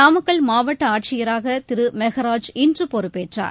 நாமக்கல் மாவட்ட ஆட்சியராக திரு மெகராஜ் இன்று பொறுப்பேற்றார்